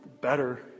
better